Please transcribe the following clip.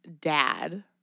dad